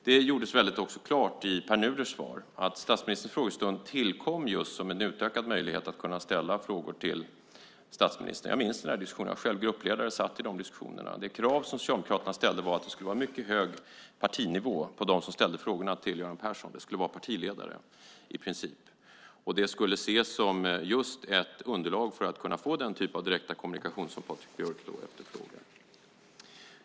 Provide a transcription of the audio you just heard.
Låt mig i det sammanhanget säga att det i Pär Nuders svar också gjordes klart att statsministerns frågestund tillkom just som en utökad möjlighet att ställa frågor till statsministern. Jag minns den diskussionen - jag var själv gruppledare och satt med i de diskussionerna. Det krav som Socialdemokraterna ställde var att det skulle vara mycket hög partinivå på dem som ställde frågorna till Göran Persson; det skulle i princip vara partiledare. Det skulle ses som just ett underlag för att kunna få den typ av direkt kommunikation som Patrik Björck efterfrågar.